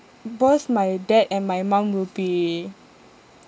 both my dad and my mum will be